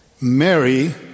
mary